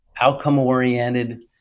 outcome-oriented